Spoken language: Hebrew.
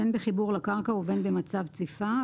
בין בחיבור לקרקע ובין במצב ציפה,